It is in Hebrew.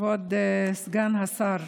כבוד סגן השר,